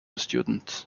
student